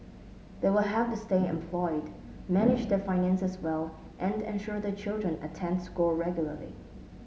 they will have to stay employed manage their finances well and ensure their children attend school regularly